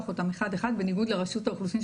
אותם אחד אחד בניגוד לרשות האוכלוסין,